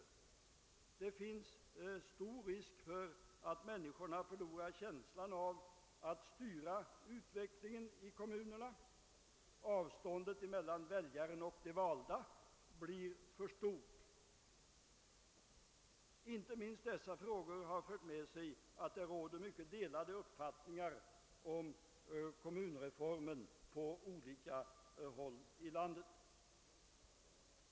Det finns stor risk för att människorna förlorar känslan av att styra utvecklingen i kommunerna. Avståndet mellan väljaren och de valda blir för stort. Inte minst dessa omständigheter har fört med sig att det på olika håll i landet råder mycket delade uppfattningar om kommunreformen.